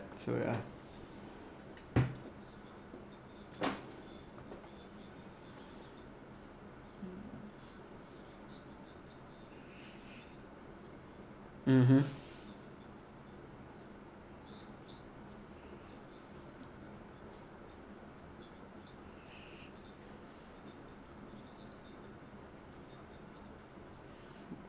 so ya (uh huh)